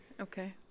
Okay